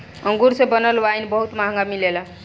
अंगूर से बनल वाइन बहुत महंगा मिलेला